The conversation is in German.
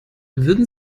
würden